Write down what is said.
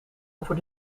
over